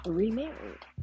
remarried